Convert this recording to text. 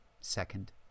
Second